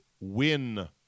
win